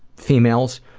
females,